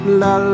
la